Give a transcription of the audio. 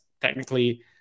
technically